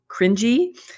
cringy